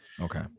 okay